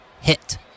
hit